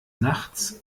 nachts